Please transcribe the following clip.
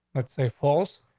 let's say falls.